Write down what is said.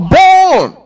born